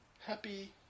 Happy